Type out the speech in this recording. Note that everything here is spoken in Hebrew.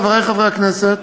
חברי חברי הכנסת,